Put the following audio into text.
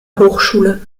hochschule